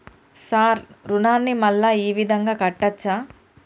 Sir రుణాన్ని మళ్ళా ఈ విధంగా కట్టచ్చా?